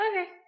Okay